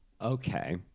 Okay